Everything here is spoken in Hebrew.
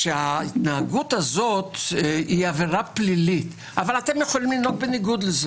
שההתנהגות הזו היא עבירה פלילית אבל אתם יכולים לנהוג בניגוד לזה